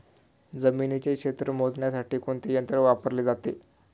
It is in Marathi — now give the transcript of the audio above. जमिनीचे क्षेत्र मोजण्यासाठी कोणते यंत्र वापरले जाते?